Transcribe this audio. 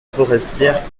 forestières